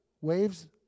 waves